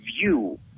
view